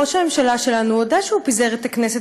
ראש הממשלה שלנו הודה שהוא פיזר את הכנסת